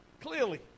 Clearly